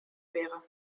wäre